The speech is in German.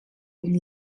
und